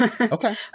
Okay